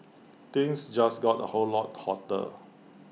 things just got A whole lot hotter